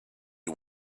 you